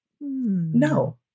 no